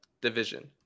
division